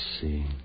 see